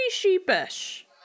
sheepish